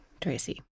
Tracy